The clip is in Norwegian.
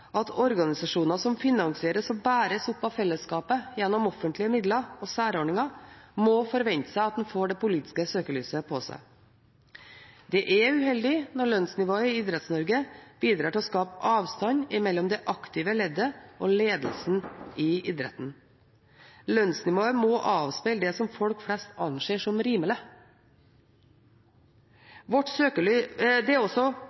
at organisasjoner som finansieres og bæres av fellesskapet gjennom offentlige midler og særordninger, må forvente å få det politiske søkelyset på seg. Det er uheldig når lønnsnivået i Idretts-Norge bidrar til å skape avstand mellom det aktive leddet og ledelsen i idretten. Lønnsnivået må avspeile det som folk flest anser som rimelig. Det er også